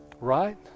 Right